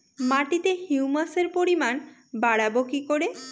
মাটিতে হিউমাসের পরিমাণ বারবো কি করে?